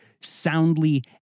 soundly